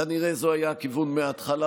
כנראה זה היה הכיוון מההתחלה,